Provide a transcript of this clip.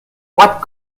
what